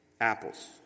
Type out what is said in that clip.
Apples